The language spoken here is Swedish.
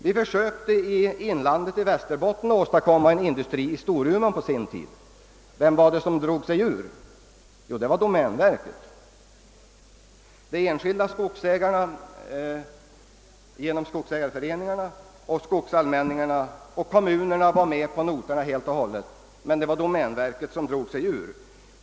Vi försökte på sin tid åstadkomma en industri i Västerbottens inland, i Storuman. Vem var det då som drog sig ur? Jo, det var domänverket. De enskilda skogsägarna i området genom skogsägarföreningarna, skogsallmänningarna och kommunerna var med på noterna, men domänverket drog sig ur.